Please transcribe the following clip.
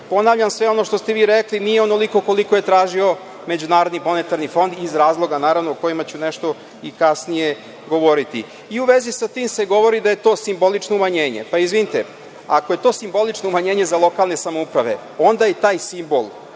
ponavljam sve ono što ste vi rekli, nije onoliko koliko je tražio MMF, iz razloga, naravno, o kojima ću nešto kasnije govoriti. I u vezi sa tim se govori da je to simbolično umanjenje. Pa, izvinite, ako je to simbolično umanjenje za lokalne samouprave, onda je taj simbol